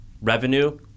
revenue